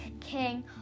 king